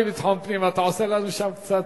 אתה עושה לנו שם קצת,